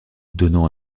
donnant